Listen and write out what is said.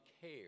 care